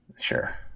Sure